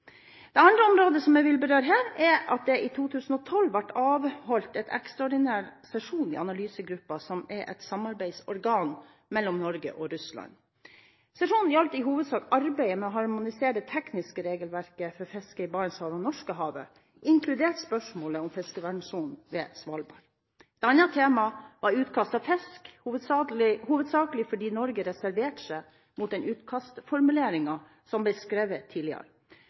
Det andre området jeg vil berøre her, er at det i 2012 ble avholdt en ekstraordinær sesjon i Analysegruppen, som er et samarbeidsorgan mellom Norge og Russland. Sesjonen gjaldt i hovedsak arbeidet med å harmonisere det tekniske regelverket for fisket i Barentshavet og Norskehavet, inkludert spørsmål om fiskevernsonen ved Svalbard. Et annet tema var utkast av fisk, hovedsakelig fordi Norge reserverte seg mot den utkastformuleringen som ble skrevet tidligere.